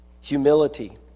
Humility